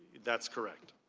that's correct.